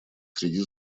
среди